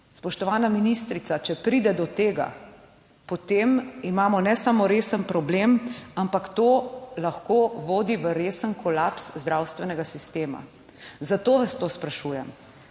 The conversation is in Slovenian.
Spoštovana ministrica, če pride do tega, potem imamo ne samo resen problem, ampak lahko to tudi vodi v resen kolaps zdravstvenega sistema. Zato vas to sprašujem.